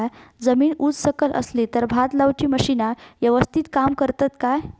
जमीन उच सकल असली तर भात लाऊची मशीना यवस्तीत काम करतत काय?